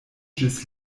ĝis